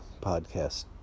podcast